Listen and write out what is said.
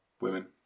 Women